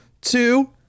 two